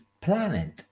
planet